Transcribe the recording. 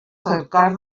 cercar